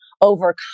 overcome